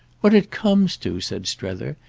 what it comes to, said strether,